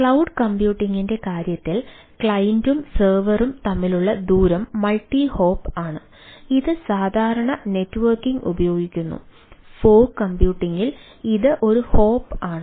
cloud കമ്പ്യൂട്ടിംഗിൽ ഇത് ഒരു ഹോപ്പ് ആണ്